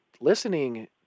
listening